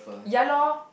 ya lor